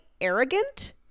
arrogant